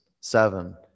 seven